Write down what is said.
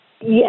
Yes